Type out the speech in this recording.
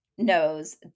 knows